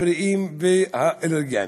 הבריאים והאלרגיים,